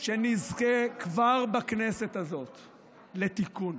שנזכה כבר בכנסת הזאת לתיקון,